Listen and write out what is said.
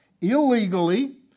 illegally